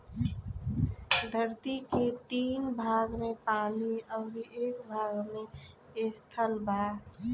धरती के तीन भाग में पानी अउरी एक भाग में स्थल बा